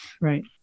right